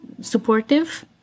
supportive